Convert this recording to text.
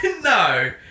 no